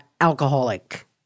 alcoholic